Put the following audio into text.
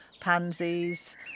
pansies